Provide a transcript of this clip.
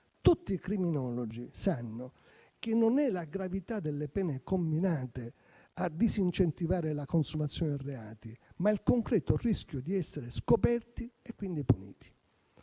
Tutti i criminologi sanno che non è la gravità delle pene comminate a disincentivare la consumazione dei reati, ma è il concreto rischio di essere scoperti e quindi puniti.